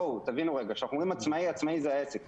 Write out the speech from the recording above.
אומרים עצמאי, עצמאי זה עסק.